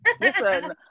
Listen